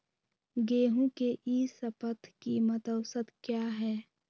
गेंहू के ई शपथ कीमत औसत क्या है?